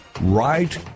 Right